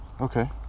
Okay